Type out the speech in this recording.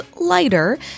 Lighter